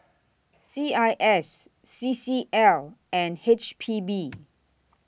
C I S C C L and H P B